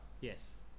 Yes